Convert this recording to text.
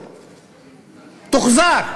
תוחזר.